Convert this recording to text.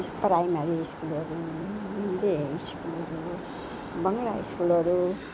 primary स्कुलहरू Hindi high स्कुलहरू बङ्ग्ला स्कुलहरू